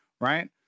right